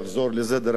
דרך אגב,